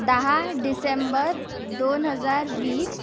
दहा डिसेंबर दोन हजार वीस